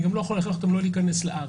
גם לא יכול להכריח אותם לא להיכנס לארץ,